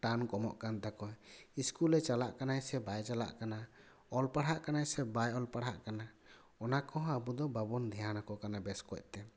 ᱴᱟᱱ ᱠᱚᱢᱚ ᱠᱟᱱ ᱛᱟᱠᱚᱣᱟ ᱥᱠᱩᱞᱮ ᱪᱟᱞᱟ ᱠᱟᱱᱟᱭ ᱥᱮ ᱵᱟᱭ ᱪᱟᱞᱟ ᱠᱟᱱᱟ ᱚᱞ ᱯᱟᱲᱦᱟᱜ ᱠᱟᱱᱟᱭ ᱥᱮ ᱵᱟᱭ ᱚᱞᱯᱟᱲᱦᱟᱜ ᱠᱟᱱᱟ ᱚᱱᱟᱠᱚᱦᱚ ᱟᱵᱚᱫᱚ ᱵᱟᱵᱚᱱ ᱫᱷᱮᱭᱟᱱ ᱟᱠᱚ ᱠᱟᱱᱟ ᱵᱮᱥ ᱠᱚᱡᱛᱮ